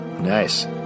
Nice